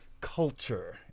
culture